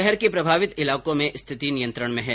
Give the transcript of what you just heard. शहर के प्रभावित इलाकों में स्थिति नियंत्रण में है